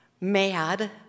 mad